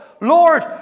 Lord